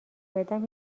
بدم